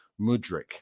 Mudrik